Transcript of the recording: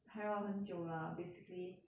还要很久 lah basically